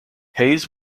hays